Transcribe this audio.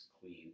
clean